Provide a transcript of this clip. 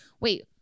Wait